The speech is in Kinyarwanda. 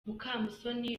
mukamusoni